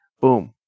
boom